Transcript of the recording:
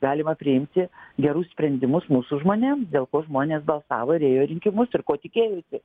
galima priimti gerus sprendimus mūsų žmonėm dėl ko žmonės balsavo ir ėjo į rinkimus ir ko tikėjosi